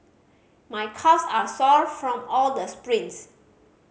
my calves are sore from all the sprints